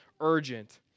urgent